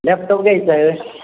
laptop घ्यायचा आहे होय